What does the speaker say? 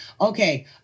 okay